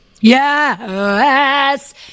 Yes